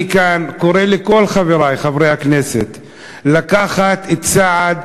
אני כאן קורא לכל חברי חברי הכנסת לעשות צעד,